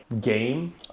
game